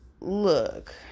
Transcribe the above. look